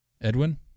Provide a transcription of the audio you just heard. Edwin